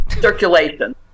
circulation